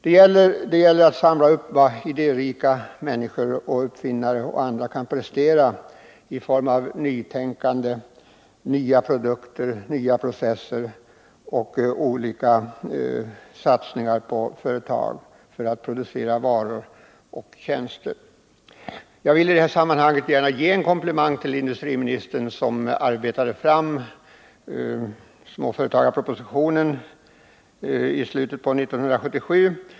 Det gäller att samla upp vad idérika människor — uppfinnare och andra — kan prestera i form av nytänkande, nya produkter, nya processer och satsningar på olika företag för att producera varor och tjänster. Jag vill i detta sammanhang gärna ge en komplimang till industriministern, som arbetade fram småföretagarpropositionen i slutet av 1977.